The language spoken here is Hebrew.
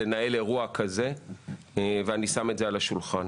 לנהל אירוע כזה ואני שם את זה על השולחן.